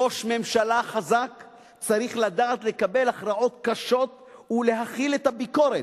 ראש ממשלה חזק צריך לדעת לקבל הכרעות קשות ולהכיל את הביקורת,